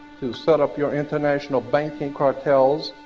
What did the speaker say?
who set up your international banking cartels.